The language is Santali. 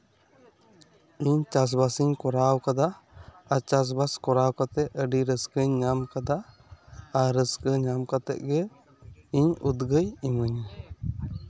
ᱤᱧ ᱪᱟᱥᱼᱵᱟᱥ ᱤᱧ ᱠᱚᱨᱟᱣ ᱠᱟᱫᱟ ᱟᱨ ᱪᱟᱥᱼᱵᱟᱥ ᱠᱚᱨᱟᱣ ᱠᱟᱛᱮᱜ ᱟᱹᱰᱤ ᱨᱟᱹᱥᱠᱟᱹᱧ ᱧᱟᱢ ᱠᱟᱫᱟ ᱟᱨ ᱨᱟᱹᱥᱠᱟᱹ ᱧᱟᱢ ᱠᱟᱛᱮᱜ ᱜᱮ ᱤᱧ ᱩᱫᱽᱜᱟᱹᱣᱼᱮ ᱤᱢᱟᱹᱧᱟ